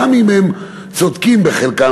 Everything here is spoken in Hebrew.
גם אם הם צודקים בחלקם,